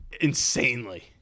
Insanely